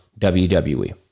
WWE